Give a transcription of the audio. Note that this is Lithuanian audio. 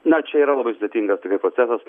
na čia yra labai sudėtingas tikrai procesas